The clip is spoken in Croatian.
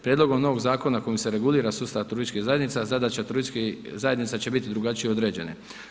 Prijedlogom ovog zakona kojim se regulira sustav turističkih zajednica, zadaća turističkih zajednica će biti drugačije određene.